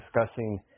discussing